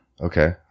Okay